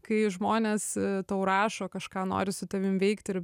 kai žmonės tau rašo kažką nori su tavim veikti ir